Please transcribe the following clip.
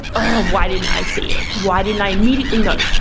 ah why didn't i see it? why didn't i immediately know?